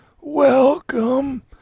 Welcome